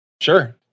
Sure